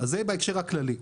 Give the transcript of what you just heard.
אז זה בהקשר הכללי.